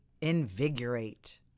invigorate